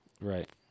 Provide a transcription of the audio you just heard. right